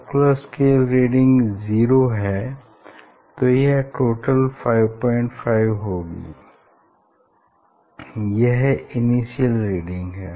circular scale reading zero है तो यह टोटल 55 होगी यह इनिशियल रीडिंग है